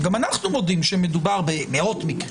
גם אנחנו מודים שמדובר במאות מקרים,